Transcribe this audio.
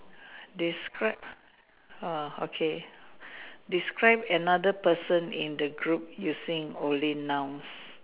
describe !wah! okay describe another person in the group using only nouns